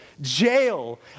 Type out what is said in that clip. jail